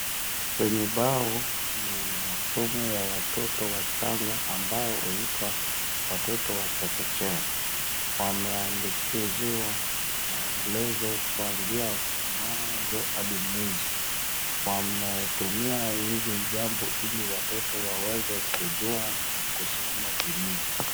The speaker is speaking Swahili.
Kwenye bao ni masomo ya watoto wachanga ambao huitwa watoto wa chekechea wameandikiziwa maelezo kuanzia mwanzo hadi mwisho. Wametumia hizi jambo ili watoto waweze kujua na kusoma vilivyo.